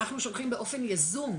אנחנו שולחים באופן יזום,